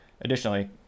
additionally